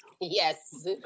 Yes